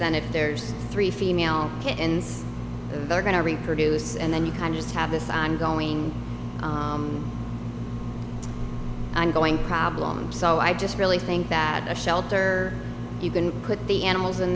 then if there's three female kittens they're going to reproduce and then you can just have this i'm going i'm going problem so i just really think that a shelter you can put the animals in